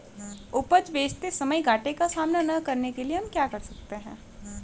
उपज बेचते समय घाटे का सामना न करने के लिए हम क्या कर सकते हैं?